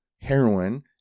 heroin